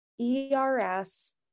ERS